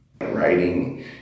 Writing